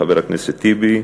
חבר הכנסת טיבי,